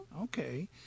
Okay